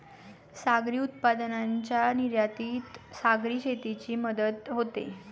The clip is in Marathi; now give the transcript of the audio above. सागरी उत्पादनांच्या निर्यातीत सागरी शेतीची मदत होते